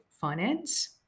Finance